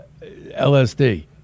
LSD